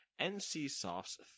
NCSoft's